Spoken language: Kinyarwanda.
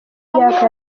myaka